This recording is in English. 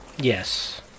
Yes